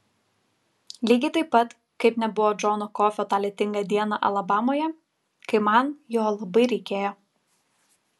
lygiai taip pat kaip nebuvo džono kofio tą lietingą dieną alabamoje kai man jo labai reikėjo